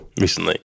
recently